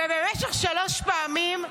ובמשך שלוש פעמים,